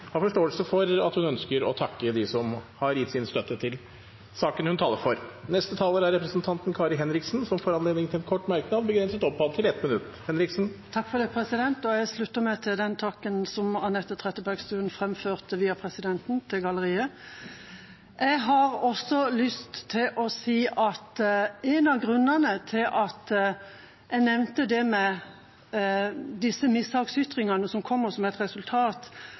har forståelse for at hun ønsker å takke dem som har gitt sin støtte til saken hun taler for. Representanten Kari Henriksen har hatt ordet to ganger tidligere og får ordet til en kort merknad, begrenset til 1 minutt. Jeg slutter meg til den takken som Anette Trettebergstuen framførte via presidenten til galleriet. Jeg har også lyst til å si at en av grunnene til at jeg nevnte disse mishagsytringene som kommer som et resultat